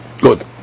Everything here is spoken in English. Good